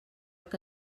que